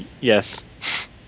Yes